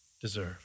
deserve